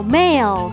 mail